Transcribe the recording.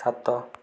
ସାତ